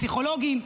פסיכולוגים,